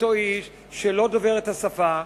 אותו איש שלא דובר את השפה,